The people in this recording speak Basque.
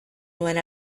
nuen